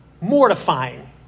mortifying